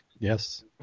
Yes